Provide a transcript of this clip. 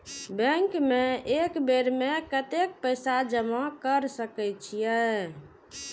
Bank में एक बेर में कतेक पैसा जमा कर सके छीये?